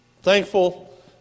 thankful